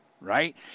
right